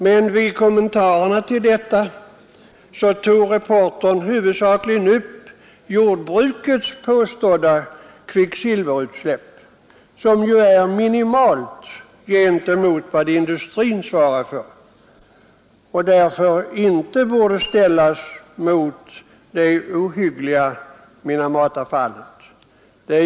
Men i kommentarerna till detta tog reportern huvudsakligen upp jordbrukets påstådda kvicksilverutsläpp, som ju är minimalt gentemot vad industrin svarar för och därför inte borde ställas emot det ohyggliga Minamatafallet.